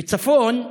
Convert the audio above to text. בצפון,